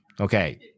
Okay